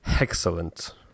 excellent